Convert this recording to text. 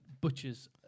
butchers